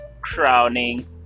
crowning